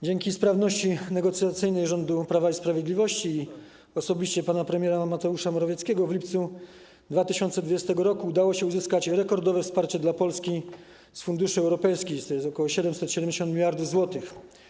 Dzięki sprawności negocjacyjnej rządu Prawa i Sprawiedliwości i osobiście pana premiera Mateusza Morawieckiego w lipcu 2022 r. udało się uzyskać rekordowe wsparcie dla Polski z funduszy europejskich, to jest ok. 770 mld zł.